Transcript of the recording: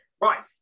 right